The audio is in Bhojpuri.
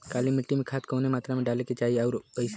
काली मिट्टी में खाद कवने मात्रा में डाले के चाही अउर कइसे?